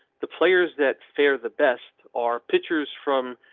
the players that fair the best are pictures from.